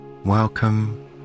Welcome